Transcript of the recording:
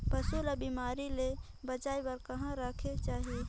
पशु ला बिमारी ले बचाय बार कहा रखे चाही?